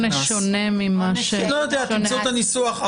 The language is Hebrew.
לדבר על עונש שונה מהעונש ה --- תמצאו את הניסוח,